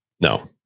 No